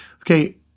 okay